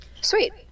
Sweet